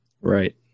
right